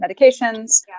medications